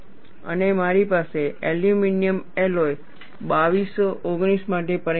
અને મારી પાસે એલ્યુમિનિયમ એલોય 2219 માટે પરિણામ છે